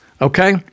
okay